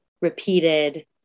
repeated